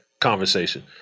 conversation